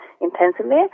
intensively